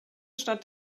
stadt